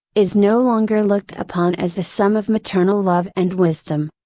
is no longer looked upon as the sum of maternal love and wisdom.